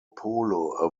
polo